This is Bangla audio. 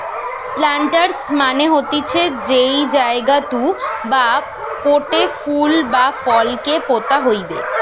প্লান্টার্স মানে হতিছে যেই জায়গাতু বা পোটে ফুল বা ফল কে পোতা হইবে